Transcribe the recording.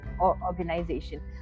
organization